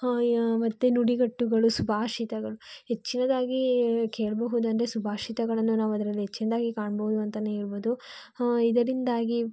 ಮತ್ತು ನುಡಿಗಟ್ಟುಗಳು ಸುಭಾಷಿತಗಳು ಹೆಚ್ಚಿನದಾಗಿ ಕೇಳಬಹುದಂದ್ರೆ ಅಂದರೆ ಸುಭಾಷಿತಗಳನ್ನು ನಾವದರಲ್ಲಿ ಹೆಚ್ಚಿನ್ದಾಗಿ ಕಾಣ್ಬೋದು ಅಂತನೆ ಏಳ್ಬೊದು ಇದರಿಂದಾಗಿ